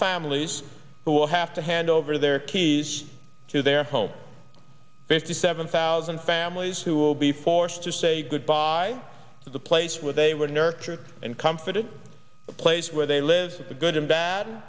families will have to hand over their keys to their homes fifty seven thousand families who will be forced to say goodbye to the place where they were nurtured and comforted a place where they live a good and bad